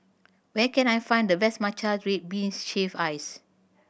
where can I find the best matcha red bean shave ice